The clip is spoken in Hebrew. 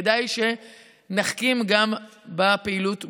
כדאי שנחכים גם בפעילות מולו.